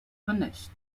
finished